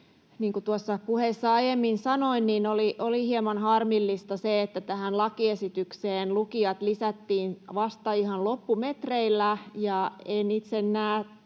tuossa puheessa aiemmin sanoin, niin oli hieman harmillista se, että tähän lakiesitykseen lukijat lisättiin vasta ihan loppumetreillä.